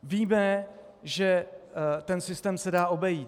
Víme, že systém se dá obejít.